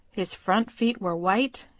his front feet were white,